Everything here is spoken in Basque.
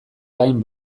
gain